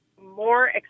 more